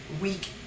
week